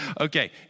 Okay